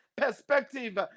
perspective